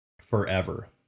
forever